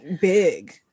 big